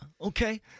okay